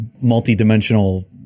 multi-dimensional